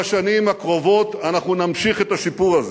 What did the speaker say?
ובשנים הקרובות אנחנו נמשיך את השיפור הזה.